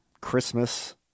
christmas